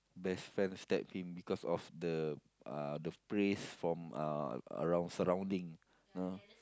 best friend stab him because of the uh the praise from uh around surrounding